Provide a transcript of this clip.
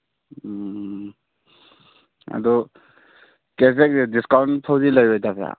ꯎꯝ ꯑꯗꯣ ꯀꯦꯖꯒꯦ ꯗꯤꯁꯀꯥꯎꯟ ꯐꯥꯎꯗꯤ ꯂꯩꯔꯣꯏꯗꯕ꯭ꯔꯥ